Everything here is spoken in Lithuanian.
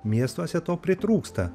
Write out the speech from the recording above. miestuose to pritrūksta